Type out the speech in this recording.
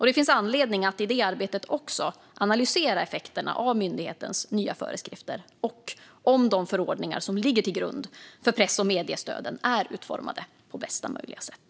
Det finns anledning att i detta arbete också analysera effekterna av myndighetens nya föreskrifter och om de förordningar som ligger till grund för press och mediestöden är utformade på bästa möjliga sätt.